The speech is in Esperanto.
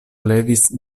levis